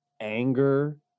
anger